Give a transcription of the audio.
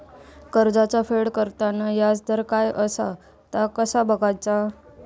कर्जाचा फेड करताना याजदर काय असा ता कसा बगायचा?